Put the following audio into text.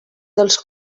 dels